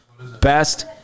best